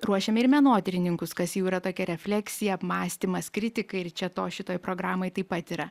ruošiame ir menotyrininkus kas jau yra tokia refleksija apmąstymas kritika ir čia to šitoj programoj taip pat yra